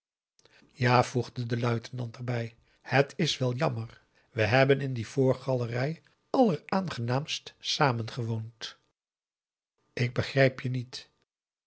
ja voegde de luitenant er bij het is wel jammer we hebben in die voorgalerij alleraangenaamst samengewoond ik begrijp het niet